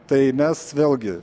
tai mes vėlgi